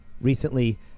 recently